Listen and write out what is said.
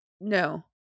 No